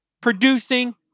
producing